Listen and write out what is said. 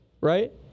right